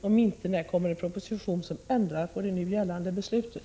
Om inte, när kommer en proposition med förslag till ändring av det nu gällande beslutet?